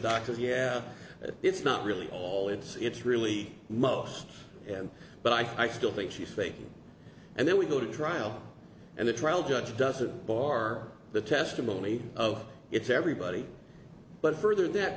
doctor's yeah it's not really all it's really most and but i still think she's fake and then we go to trial and the trial judge doesn't bar the testimony of it's everybody but further tha